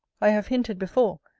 i have hinted before,